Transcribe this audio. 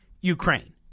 Ukraine